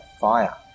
fire